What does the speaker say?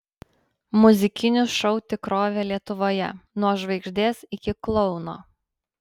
muzikinių šou tikrovė lietuvoje nuo žvaigždės iki klouno